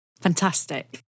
Fantastic